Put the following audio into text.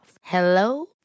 Hello